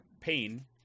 pain